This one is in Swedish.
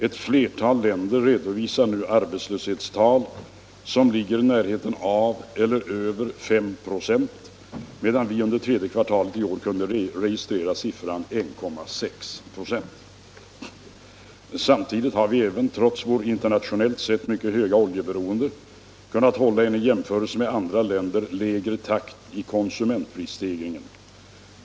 Ett flertal länder redovisar nu arbetslöshetstal som ligger i närheten av eller över 5 96 medan vi under tredje kvartalet i år kunde registrera siffran 1,6 96. Samtidigt har vi även — trots vårt internationellt sett mycket höga oljeberoende — kunnat hålla en i jämförelse med andra länder lägre takt i konsumentprisstegringen.